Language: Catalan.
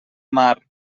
mar